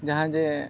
ᱡᱟᱦᱟᱸᱭ ᱡᱮ